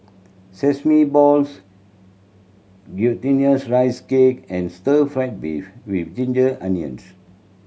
sesame balls Glutinous Rice Cake and stir fried beef with ginger onions